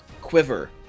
quiver